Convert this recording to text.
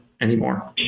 anymore